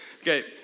Okay